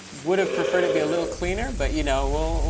would have preferred it be a little cleaner, but, you know,